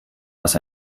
was